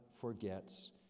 forgets